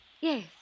Yes